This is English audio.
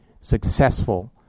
successful